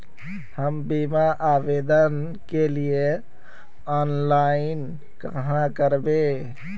हम बीमा आवेदान के लिए ऑनलाइन कहाँ करबे?